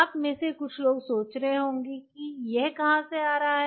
आप में से कुछ सोच रहे होंगे कि यह कहां से आ रहा है